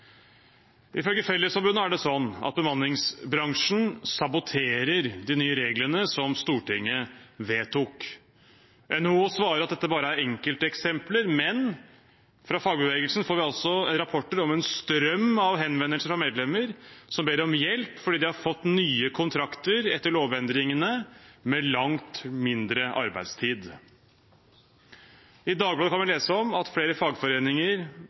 Ifølge Fellesforbundet er det sånn at bemanningsbransjen saboterer de nye reglene som Stortinget vedtok. NHO svarer at dette bare er enkelteksempler, men fra fagbevegelsen får vi rapporter om en strøm av henvendelser fra medlemmer som ber om hjelp fordi de har fått nye kontrakter etter lovendringene med langt mindre arbeidstid. I Dagbladet kan vi lese om at flere fagforeninger